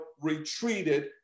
retreated